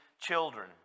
children